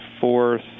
fourth